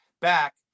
back